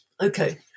Okay